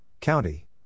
County